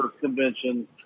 convention